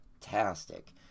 Fantastic